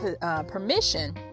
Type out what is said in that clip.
permission